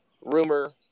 rumor